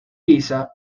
pisa